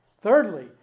Thirdly